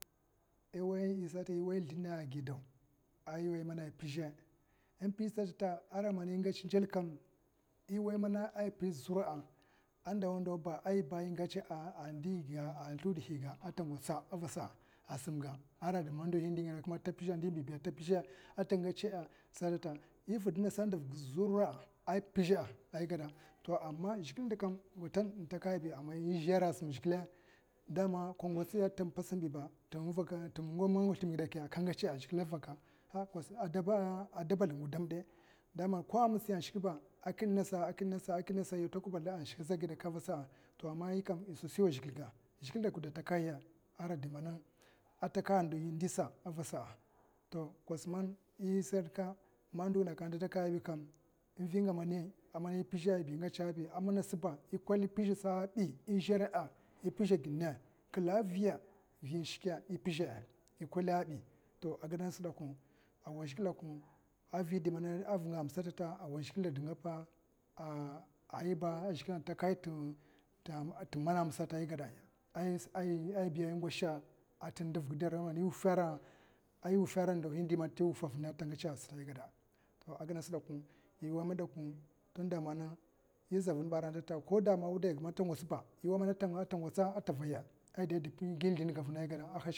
I wai a yisata a wai gidaw i wai mana a pizha ipizh satta aramana ingats nzulkam i wai mana a pizh zura'a, a ndowa ndawba a ndiga a sliwudga a ta gwatsa arasa'a, a simga ara man ndingi da kakka ara man ndibibiya ta pizha pizha ta ngatsa'a, sata ifidta ndiv zura'a, i pizha'a ai gada to a man zhikle dakwa intakahaibi gwatin aman izhan a sim zhikle man ka gwats tin patsunbi ba man ngwa slim ngidakakke ka ngatsa kos adu basidanga gudam du ko in mitsiya a shikba a kidnasa'a kidnasa ashika zagidaka, a'vasa to ama yikam i sosi a zhikle ga zhikle dokɗa takahaya a ran diman a takaha ndohi ndisa a'vasa to kos man isatka mam ndo ngidakakke ande takahayabi kam inving ngeme a pizh pizhaba ingatsabi a man nasba ikwal pizhsa bi. izhara'a, kla viya ipizha'a, to a gida nas dakwa a wai zhikle a vi'indi mana vina a mamsata a wai zhikle ɗa dingapa iyaba a zhikle a takahaya dakwan tin mana a masata igwadaya aiyaba ingwasha ta ndivga raman iwuffa iwuffa ara ndohi mana ta gwatsa sata igwada a gida nas dakwa tanda mana iza vanbi aratata koda wudaiga tangwatsa tangwatsa a vaya igi sidinga vina igwado.